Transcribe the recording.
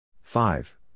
Five